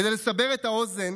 כדי לסבר את האוזן